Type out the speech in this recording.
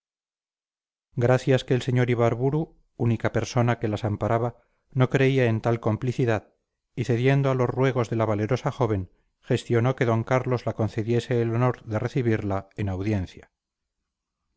gracias que el sr ibarburu única persona que las amparaba no creía en tal complicidad y cediendo a los ruegos de la valerosa joven gestionó que d carlos la concediese el honor de recibirla en audiencia